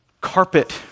carpet